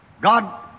God